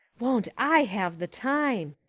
won't i have the time!